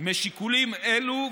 משיקולים אלה,